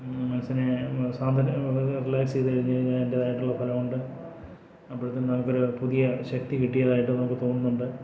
മനസ്സിനെ സാന്ത്വന റിലാറിലാക്സ് ചെയ്തു കഴിഞ്ഞുകഴിഞ്ഞാൽ ആയിട്ടുള്ള ഫലം ഉണ്ട് അപ്പോഴത്തേനും നമുക്കൊരു പുതിയ ശക്തി കിട്ടിയതായിട്ട് നമുക്ക് തോന്നുന്നുണ്ട്